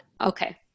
okay